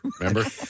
Remember